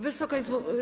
Wysoka Izbo!